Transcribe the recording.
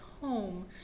home